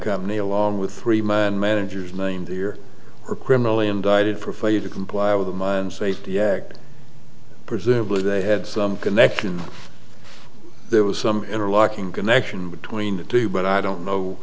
company along with three mine managers named here are criminally indicted for failure to comply with the mine safety act presumably they had some connection there was some interlocking connection between the two but i don't know